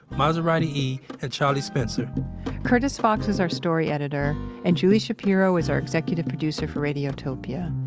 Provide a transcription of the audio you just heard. maserati-e, and charlie spencer curtis fox is our story editor and julie shapiro is our executive producer for radiotopia.